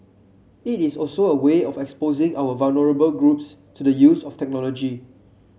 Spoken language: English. it is also a way of exposing our vulnerable groups to the use of technology